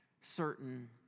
certain